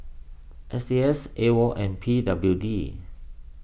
S T S A O and P W D